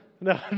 No